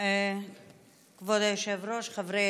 היושב-ראש, חברי